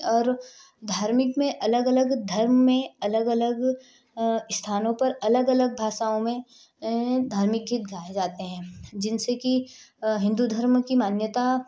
और धार्मिक में अलग अलग धर्म में अलग अलग स्थानों पर अलग अलग भाषाओं में धार्मिक गीत गाए जाते हैं जिनसे कि हिन्दू धर्म की मान्यता